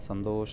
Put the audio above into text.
സന്തോഷം